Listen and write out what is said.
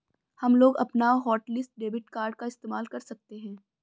हमलोग अपना hotlist debit card का इस्तेमाल कर सकते हैं